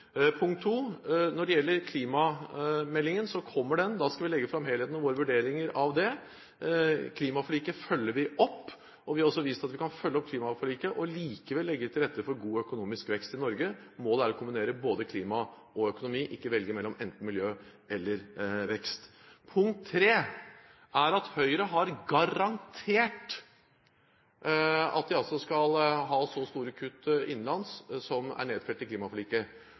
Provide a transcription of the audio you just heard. Når det gjelder klimameldingen, så kommer den. Da skal vi legge fram helheten i våre vurderinger av det. Klimaforliket følger vi opp, og vi har også vist at vi kan følge opp klimaforliket og likevel legge til rette for god økonomisk vekst i Norge. Målet er å kombinere både klima og økonomi, ikke velge mellom enten miljø eller vekst. For det tredje: Høyre har garantert at de skal ha så store kutt innenlands som er nedfelt i klimaforliket.